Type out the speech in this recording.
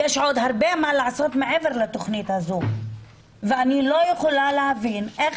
יש עוד הרבה מה לעשות מעבר לתכנית הזאת ואני לא יכולה להבין איך